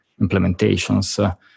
implementations